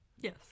Yes